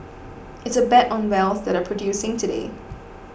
it's a bet on wells that are producing today